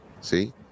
See